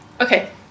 Okay